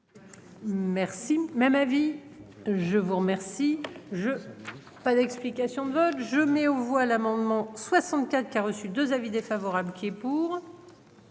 Merci. Même avis. Je vous remercie je pas d'explication de vote je mets aux voix l'amendement 64 qui a reçu 2 avis défavorables. Pour.